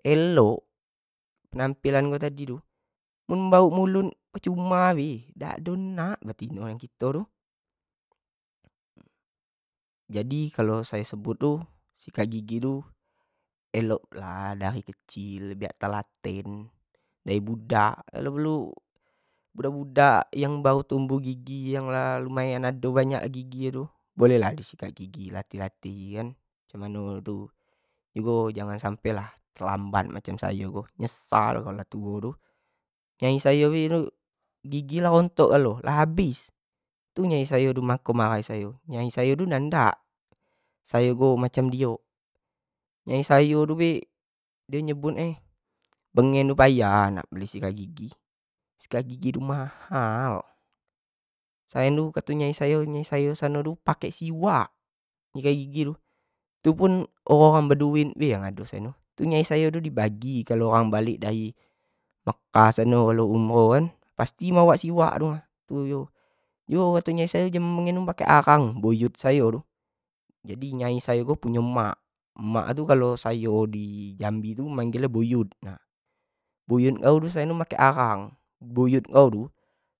Elok penampilan kau tadi tu, cuma bauk mulut percuma bae, dak ado nak betino tu, jadi sayo sebut ko sikat gigi tu elok lah darimkecil biak telaten dari budak, budak-budak yang baru tumbuh gigi yang lumayan ado banyak gigi bolej lah sikat gigi yang hati-hati jangan sampai lah tuo telambat amcam ayo ko, nyesal kalo lah tuo tu, nyai sayo tu gigi lah rontok galo lah habis sayo rumah mako sayo dimarhi nyai sayo tu dak endak sayo tu macam nayo sayo bengin tu payak nak sikat gigi, sikat gigi tu mahal selain tu nyai sayo tu pake siwak nyikat gigi itu pun oramg yang beduit bae yang mapu tu, itu nyai sayo di bagi dari oramg yang balek dari sano dari mekah sano balek umroh pasti dibawak oleh-oleh, yo jadi buyut sayo, jadi nyai sayo punyo emak. jadi panggilan nyo buyut, nah buyut kau tu make arang, buyut sayo